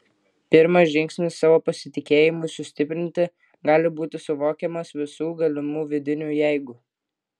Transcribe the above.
pirmas žingsnis savo pasitikėjimui sustiprinti gali būti suvokimas visų galimų vidinių jeigu